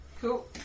Cool